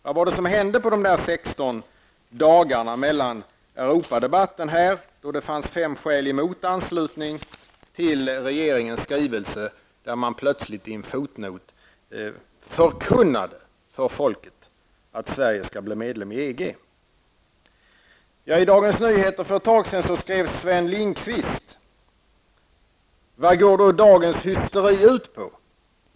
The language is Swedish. Vad hände under de 16 dagarna mellan Europadebatten här, då det fanns fem skäl emot anslutning, till regeringens skrivelse, där man plötsligt i en fotnot förkunnar för folket att Sverige skall bli medlem i EG? I Dagens Nyheter för ett tag sedan skrev Sven Lindqvist: Vad går dagens hysteri ut på?